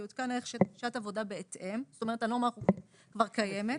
יעודכן ערך שעת עבודה בהתאם" זאת אומרת הנורמה כבר קיימת.